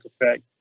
Effect